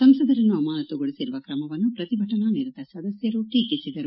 ಸಂಸದರನ್ನು ಅಮಾನತುಗೊಳಿಸಿರುವ ಕ್ರಮವನ್ನು ಪ್ರತಿಭಟನಾ ನಿರತ ಸದಸ್ಟರು ಟೀಕಿಸಿದರು